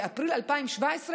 באפריל 2017,